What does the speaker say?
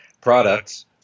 products